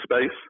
space